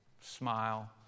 smile